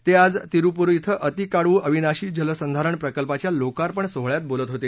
ते आज तिरुपूर इं अतिकाडवू अविनाशी जलसंधारण प्रकल्पाच्या लोकार्पण सोहळ्यात बोलत होते